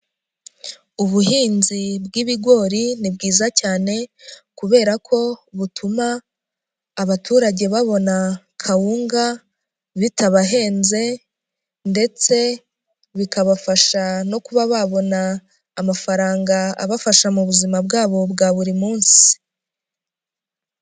Ubuhinzi bw'ibigori ni bwiza cyane, kubera ko butuma abaturage babona kawunga bitabahenze, ndetse bikabafasha no kuba babona amafaranga abafasha mu buzima bwabo bwa buri munsi.